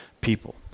people